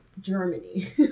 germany